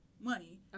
money